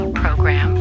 program